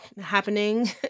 happening